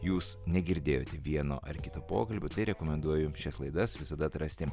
jūs negirdėjote vieno ar kito pokalbio tai rekomenduoju šias laidas visada atrasti